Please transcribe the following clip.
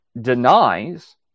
denies